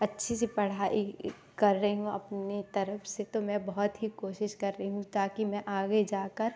अच्छी सी पढ़ाई कर रही हूँ अपनी तरफ से तो मैं बहुत ही कोशिश कर रही हूँ ताकि मैं आगे जा कर